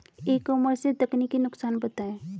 E commerce के तकनीकी नुकसान बताएं?